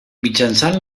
mitjançant